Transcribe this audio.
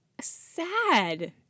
sad